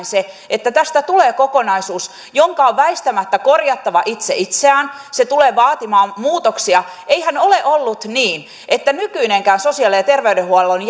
se että tästä tulee kokonaisuus jonka on väistämättä korjattava itse itseään se tulee vaatimaan muutoksia eihän ole ollut niin että nykyinenkään sosiaali ja terveydenhuollon